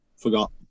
Forgot